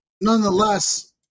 Nonetheless